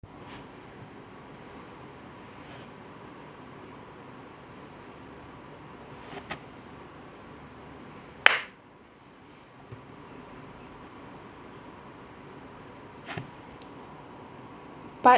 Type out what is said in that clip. part